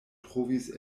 trovis